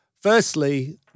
Firstly